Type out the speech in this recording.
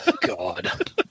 God